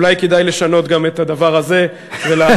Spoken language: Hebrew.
אולי כדאי לשנות גם את הדבר הזה ולהחליט